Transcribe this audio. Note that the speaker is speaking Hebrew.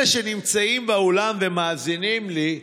אלה שנמצאים באולם ומאזינים לי,